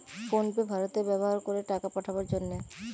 phone pay ভারতে ব্যাভার করে টাকা পাঠাবার জন্যে